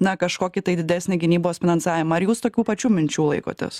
na kažkokį tai didesnį gynybos finansavimą ar jūs tokių pačių minčių laikotės